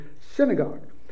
synagogue